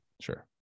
Sure